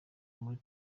muri